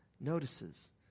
notices